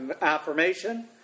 affirmation